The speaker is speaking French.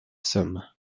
saône